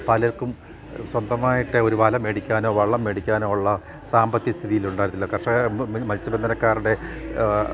പലർക്കും സ്വന്തമായിട്ട് ഒരു വല മേടിക്കാനോ വള്ളം മേടിക്കാനോ ഉള്ള സാമ്പത്തിക സ്ഥിതിയിലുണ്ടായിരുന്നില്ല കർഷക മത്സ്യബന്ധനക്കാരുടെ